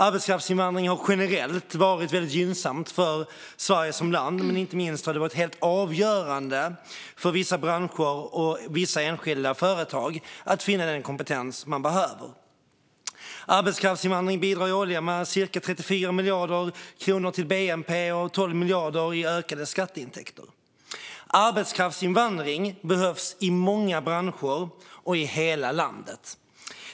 Arbetskraftsinvandring har generellt varit väldigt gynnsamt för Sverige som land. Inte minst har det varit helt avgörande för vissa branscher och vissa enskilda företags möjligheter att finna den kompetens de behöver. Arbetskraftsinvandring bidrar årligen med cirka 34 miljarder kronor till bnp och 12 miljarder i ökade skatteintäkter. Arbetskraftsinvandring behövs i många branscher och i hela landet.